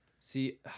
See